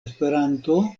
esperanto